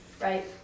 right